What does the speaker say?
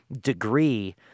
degree